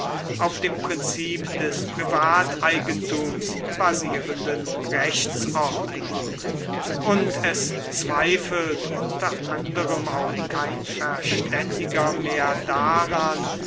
auf dem prinzip des privateigentums basierenden rechtsordnung und es zweifelt unter anderem auch kein verständiger mehr daran